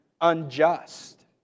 unjust